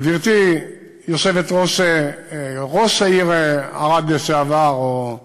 גברתי, יושבת-ראש העיר ערד לשעבר, ראשת,